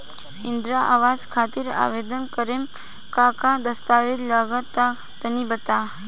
इंद्रा आवास खातिर आवेदन करेम का का दास्तावेज लगा तऽ तनि बता?